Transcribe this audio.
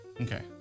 Okay